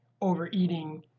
overeating